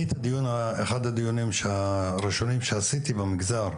אני את אחד הדיונים הראשונים שעשיתי במגזר,